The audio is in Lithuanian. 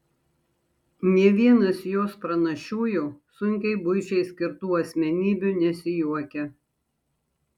nė vienas jos pranašiųjų sunkiai buičiai skirtų asmenybių nesijuokia